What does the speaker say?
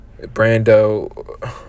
Brando